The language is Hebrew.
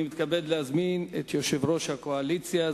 אני מתכבד להזמין את יושב-ראש הקואליציה,